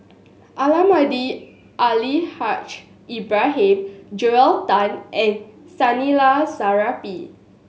Almahdi Al Haj Ibrahim Joel Tan and Zainal Sapari